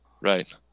right